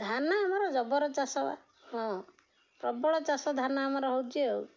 ଧାନ ଆମର ଜବର ଚାଷ ହଁ ପ୍ରବଳ ଚାଷ ଧାନ ଆମର ହେଉଛି ଆଉ